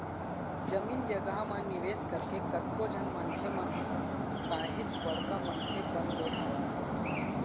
जमीन जघा म निवेस करके कतको झन मनसे मन ह काहेच बड़का मनसे बन गय हावय